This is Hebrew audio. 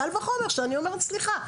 קל וחומר שאני אומרת סליחה,